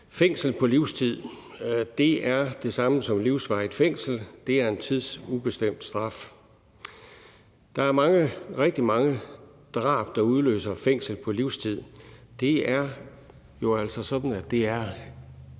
fængsel på livstid. Det er det samme som livsvarigt fængsel, og det er en tidsubestemt straf. Der er rigtig mange drab, der udløser fængsel på livstid. Det er jo altså sådan, at det er